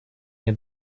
мне